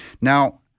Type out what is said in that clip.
Now